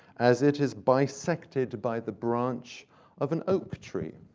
as it is bisected by the branch of an oak tree.